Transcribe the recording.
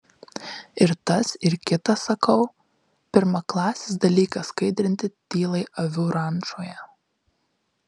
ir tas ir kitas sakau pirmaklasis dalykas skaidrinti tylai avių rančoje